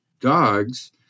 dogs